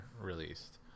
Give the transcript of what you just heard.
released